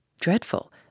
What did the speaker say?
Dreadful